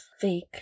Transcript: Fake